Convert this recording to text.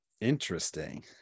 Interesting